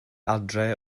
adre